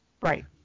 Right